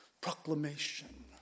proclamation